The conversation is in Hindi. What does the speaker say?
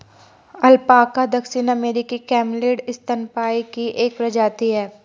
अल्पाका दक्षिण अमेरिकी कैमलिड स्तनपायी की एक प्रजाति है